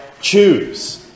choose